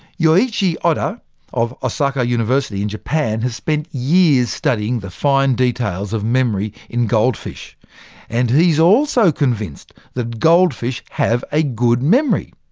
yoichi oda of osaka university in japan has spent years studying the fine details of memory in goldfish and he's also convinced that goldfish have a good memory.